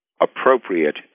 appropriate